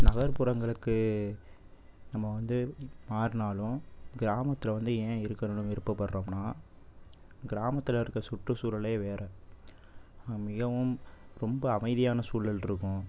நகர்புறங்களுக்கு நம்ம வந்து மாறினாலும் கிராமத்தில் வந்து ஏன் இருக்கணும்னு விருப்பப்படறோம்னா கிராமத்தில் இருக்க சுற்றுச்சூழலே வேறு மிகவும் ரொம்ப அமைதியான சூழல் இருக்கும்